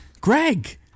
Greg